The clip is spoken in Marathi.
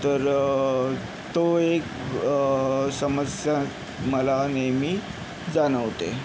तर ती एक समस्या मला नेहमी जाणवते